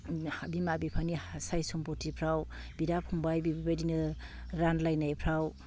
बिमा बिफानि साय सम्फथिफ्राव बिदा फंबाय बेफोरबायदिनो रानलायनायफ्राव